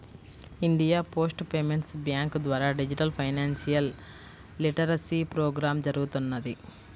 India post payments bank ద్వారా digital financial literacy programme జరుగుతున్నది